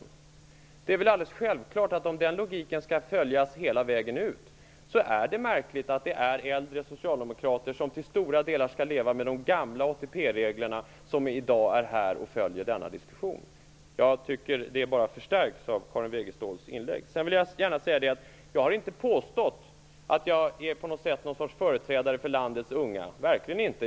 Om den logiken skall följas hela vägen ut är det väl alldeles självklart att det är märkligt att det är äldre socialdemokrater, som till stora delar skall leva med de gamla ATP-reglerna, som i dag är här och följer denna diskussion. Jag tycker att det bara förstärks av Karin Wegeståls inlägg. Jag har inte påstått att jag på något sätt är någon sorts företrädare för landets unga -- verkligen inte.